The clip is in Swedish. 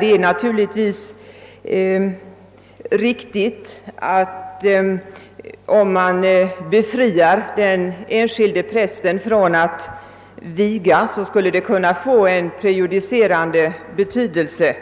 Det är naturligtvis riktigt att om man befriar den enskilde prästen från att viga, så skulle detta kunna få en prejudicerande betydelse. även